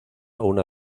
una